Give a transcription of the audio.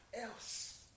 else